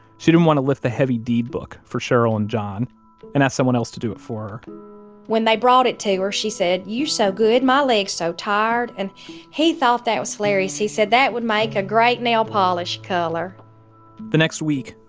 she didn't want to lift the heavy deed book for cheryl and john and asked someone else to do it for her when they brought it to her, she said, you're so good, my legs so tired. and he thought that was hilarious. he said, that would make a great nail polish color the next week,